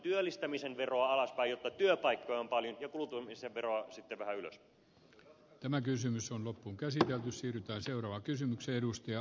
työllistämisen veroa alaspäin jotta työpaikkoja on paljon ja kuluttamisen veroa sitten vähän ylöspäin